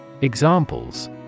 Examples